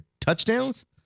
touchdowns